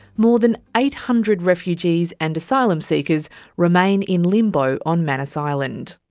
more than eight hundred refugees and asylum seekers remain in limbo on manus island.